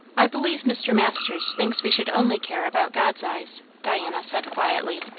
i believe mr. masters thinks we should only care about god's eyes, diana said quietly.